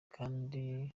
kandi